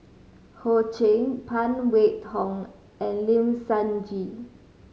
Ho Ching Phan Wait Hong and Lim Sun Gee